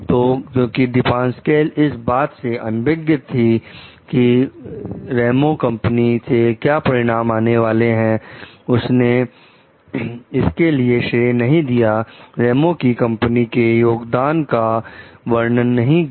तो क्योंकि दीपासक्वेल इस बात से अनभिज्ञ थी कि रहमी कंपनी से क्या परिणाम आने वाले हैं उसने इसके लिए श्रेय नहीं दिया रेमो की कंपनी के योगदान का वर्णन नहीं किया